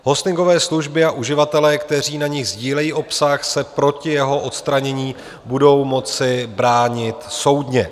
Hostingové služby a uživatelé, kteří na nich sdílejí obsah, se proti jeho odstranění budou moci bránit soudně.